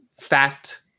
fact